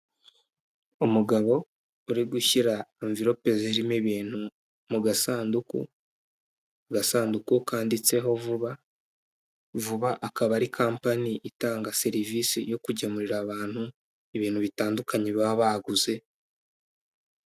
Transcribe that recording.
Umugabo uri gushyira anvirope zirimo ibintu mu gasanduku, agasanduku kanditseho vuba, vuba akaba ari kampani itanga serivise yo kugemurira abantu ibintu bitandukanye baba baguze